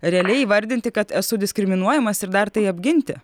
realiai įvardinti kad esu diskriminuojamas ir dar tai apginti